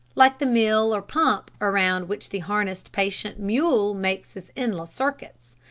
like the mill or pump around which the harnessed patient mule makes his endless circuits.